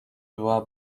była